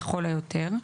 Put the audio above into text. לכל היותר,